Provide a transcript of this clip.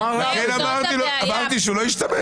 אמרתי שהוא לא ישתמש?